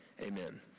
Amen